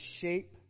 shape